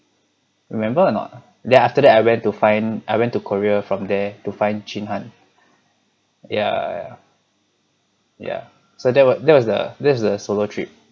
remember or not then after that I went to find I went to korea from there to find chin han ya ya so that were that was the that was the solo trip